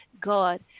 God